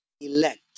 elect